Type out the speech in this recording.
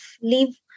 leave